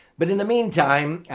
but in the meantime,